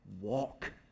walk